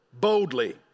Boldly